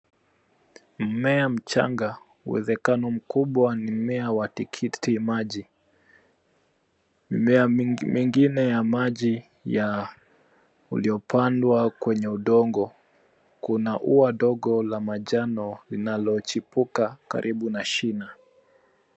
Mmea mchanga, uwezekano mkubwa ni mmea wa tikitiki maji. Mimea mingi mengine ya maji ya uliopandwa kwenye udongo . Kuna ua dogo la manjano linalochipuka karibu na shina.